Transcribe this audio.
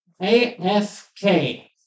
AFK